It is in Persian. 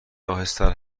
آهستهتر